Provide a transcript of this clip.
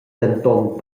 denton